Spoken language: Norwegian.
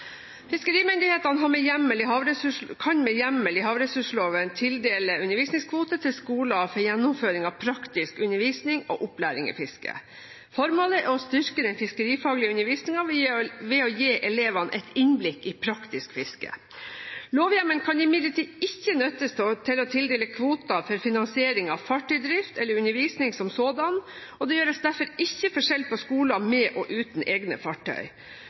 Fiskerimyndighetene kan med hjemmel i havressursloven tildele undervisningskvoter til skoler for gjennomføring av praktisk undervisning og opplæring i fiske. Formålet er å styrke den fiskerifaglige undervisningen ved å gi elevene et innblikk i praktisk fiske. Lovhjemmelen kan imidlertid ikke nyttes til å tildele kvoter for finansiering av fartøydrift eller undervisning som sådan, og det gjøres derfor ikke forskjell på skoler med og uten egne fartøy.